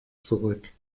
zurück